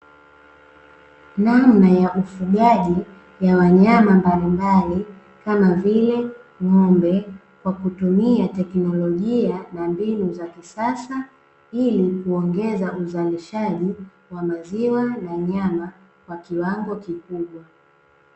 Namna ya ufugaji ya wanyama mbalimbali kama vile ng'ombe kwa kutumia teknolojia na mbinu za kisasa ili kuongeza uzalishaji wa maziwa na nyama kwa kiwango kikubwa.